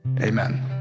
Amen